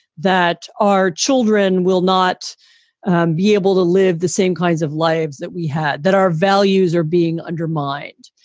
that our children will not be able to live the same kinds of lives that we have, that our values are being undermined,